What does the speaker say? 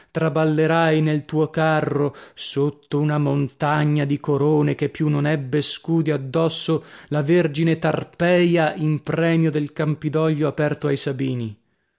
traballerai nel tuo carro sotto una montagna di corone che più non ebbe scudi addosso la vergine tarpeia in premio del campidoglio aperto ai sabini